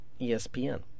ESPN